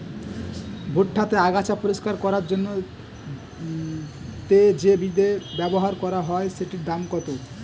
ভুট্টা তে আগাছা পরিষ্কার করার জন্য তে যে বিদে ব্যবহার করা হয় সেটির দাম কত?